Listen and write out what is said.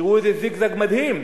תראו איזה זיגזג מדהים.